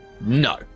no